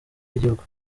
y’igihugu